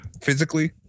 physically